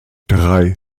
drei